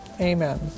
Amen